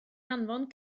anfon